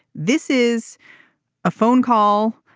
this is a phone call.